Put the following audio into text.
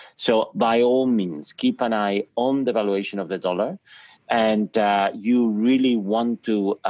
so by all means keep an eye on the valuation of the dollar and you really want to